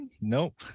Nope